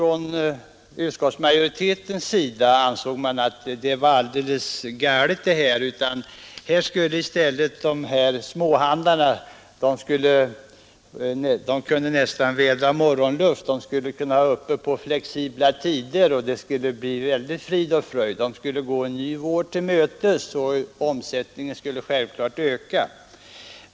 Men utskottets majoritet ansåg att vår uppfattning i det fallet var helt galen. De små butiksinnehavarna skulle i stället börja vädra morgonluft, och de kunde ha öppet på flexibla tider. Det skulle bli frid och fröjd. Småhandlarna skulle gå en ny vår till mötes, och deras omsättning skulle öka.